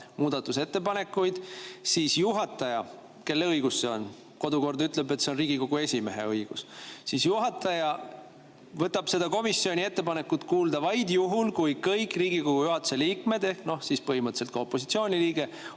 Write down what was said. muudatusettepanekuid, siis [esimees], kelle õigus see on – kodukord ütleb, et see on Riigikogu esimehe õigus –, võtab seda komisjoni ettepanekut kuulda vaid juhul, kui kõik Riigikogu juhatuse liikmed ehk siis põhimõtteliselt ka opositsiooni liige